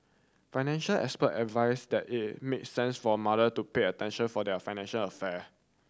financial expert advised it make sense for mother to pay attention for their financial affair